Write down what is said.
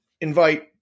invite